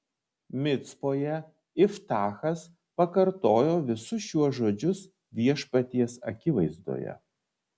micpoje iftachas pakartojo visus šiuos žodžius viešpaties akivaizdoje